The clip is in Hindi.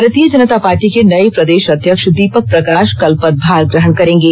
भारतीय जनता पार्टी के नये प्रदेश अध्यक्ष दीपक प्रकाश कल पदभार ग्रहण करेंगे